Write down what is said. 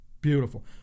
beautiful